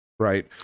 Right